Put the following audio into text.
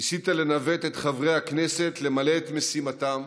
ניסית לנווט את חברי הכנסת למלא את משימתם,